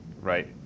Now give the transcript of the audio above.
right